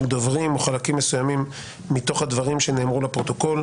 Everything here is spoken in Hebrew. דוברים או חלקים מסוימים מתוך הדברים שנאמרו לפרוטוקול,